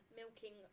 milking